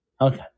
Okay